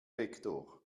vektor